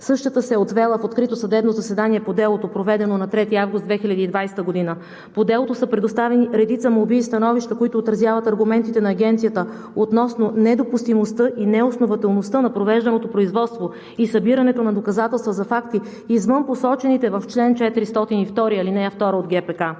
Същата се е отвела в открито съдебно заседание по делото, проведено на 3 август 2020 г. По делото са предоставени редица молби и становища, които отразяват аргументите на Агенцията относно недопустимостта и неоснователността на провежданото производство и събирането на доказателства за факти, извън посочените в чл. 402, ал. 2 от ГПК.